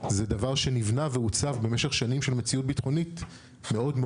זה דבר שנבנה ועוצב במשך שנים של מציאות ביטחונית קשה מאוד.